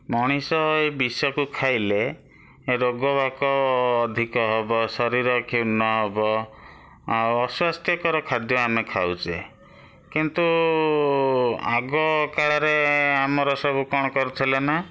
ମଣିଷ ଏ ବିଷକୁ ଖାଇଲେ ରୋଗବାକ ଅଧିକ ହେବ ଶରୀର କ୍ଷୁର୍ଣ୍ଣ ହେବ ଆଉ ଅସ୍ଵାସ୍ଥ୍ୟକର ଖାଦ୍ୟ ଆମେ ଖାଉଛେ କିନ୍ତୁ ଆଗକାଳରେ ଆମର ସବୁ କ'ଣ କରୁଥିଲେ ନା